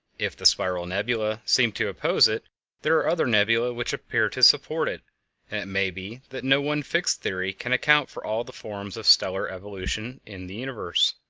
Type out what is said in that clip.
if the spiral nebulae seem to oppose it there are other nebulae which appear to support it, and it may be that no one fixed theory can account for all the forms of stellar evolution in the universe.